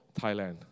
Thailand